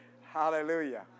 Hallelujah